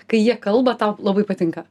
kai jie kalba tau labai patinka